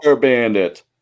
bandit